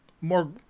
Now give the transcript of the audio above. more